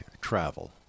travel